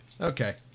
Okay